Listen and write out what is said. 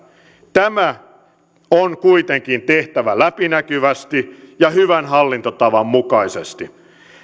tämä on kuitenkin tehtävä läpinäkyvästi ja hyvän hallintotavan mukaisesti